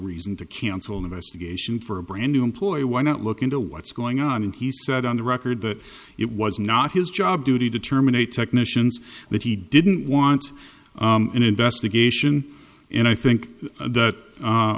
reason to cancel an investigation for a brand new employee why not look into what's going on and he said on the record that it was not his job duty to terminate technicians that he didn't want an investigation and i think that